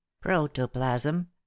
Protoplasm